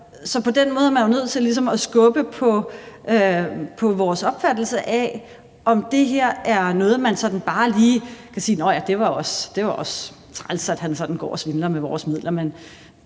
Så på den måde er man jo nødt til ligesom at skubbe til vores opfattelse af, om det her er noget, hvor man sådan bare lige kan sige, at nå ja, det er også træls, at han sådan går og svindler med vores midler,